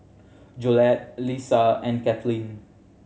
Jolette Lesa and Kathlyn